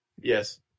Yes